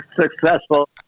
successful